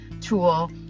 tool